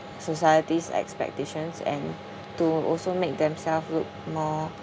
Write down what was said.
society's expectations and to also make themselves look more